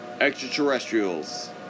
extraterrestrials